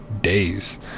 days